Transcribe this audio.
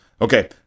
Okay